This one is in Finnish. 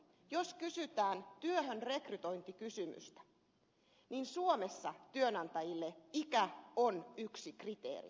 jos kysytään työhönrekrytointikysymystä niin suomessa työnantajille ikä on yksi kriteeri